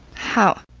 how?